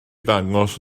ddangos